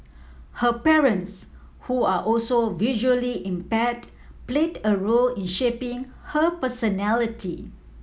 her parents who are also visually impaired played a role in shaping her personality